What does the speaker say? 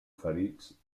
ferits